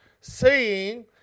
seeing